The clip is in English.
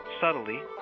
Subtly